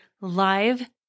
live